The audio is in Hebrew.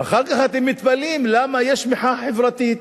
ואחר כך אתם מתפלאים למה יש מחאה חברתית.